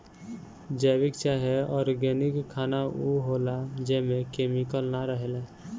जैविक चाहे ऑर्गेनिक खाना उ होला जेमे केमिकल ना रहेला